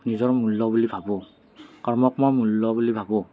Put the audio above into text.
নিজৰ মূল্য বুলি ভাবোঁ কৰ্মক মই মূল্য বুলি ভাবোঁ